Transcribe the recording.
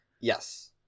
Yes